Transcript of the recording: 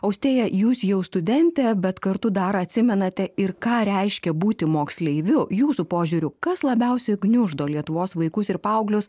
austėja jūs jau studentė bet kartu dar atsimenate ir ką reiškia būti moksleiviu jūsų požiūriu kas labiausiai gniuždo lietuvos vaikus ir paauglius